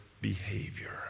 behavior